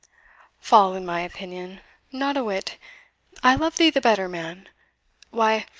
fall in my opinion not a whit i love thee the better, man why,